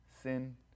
sin